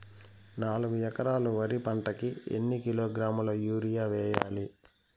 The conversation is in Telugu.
నాలుగు ఎకరాలు వరి పంటకి ఎన్ని కిలోగ్రాముల యూరియ వేయాలి?